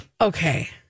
Okay